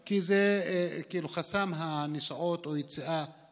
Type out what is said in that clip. במיוחד נשים, כי יש את חסם הנסיעות והיציאה למרכז.